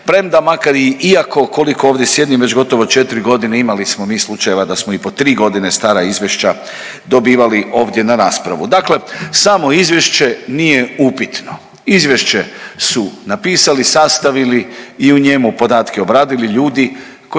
premda makar i iako koliko ovdje sjedim već gotovo četiri godine imali smo mi slučajeva da smo i po tri godine stara izvješća dobivali ovdje na raspravu. Dakle, samo izvješće nije upitno, izvješće su napisali, sastavili i u njemu podatke obradili ljudi koji to